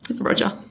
Roger